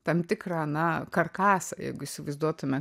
tam tikrą na karkasą jeigu įsivaizduotume